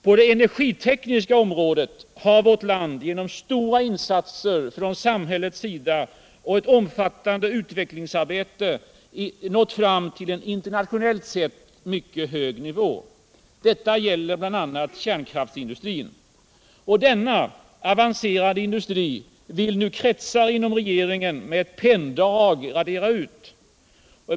På det energitekniska området har vårt land genom stora insatser från samhällets sida och ett omfattande utvecklingsarbete nått fram till en internationellt sett mycket hög nivå. Detta gäller bl.a. kärnkraftsindustrin. Denna avancerade industri vill nu kretsar inom regeringen med ett penndrag radera ut.